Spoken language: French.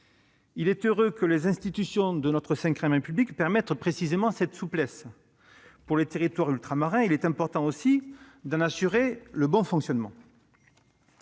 Il est heureux que les institutions de notre V République permettent cette souplesse pour les territoires ultramarins. Il est important aussi d'en assurer le bon fonctionnement.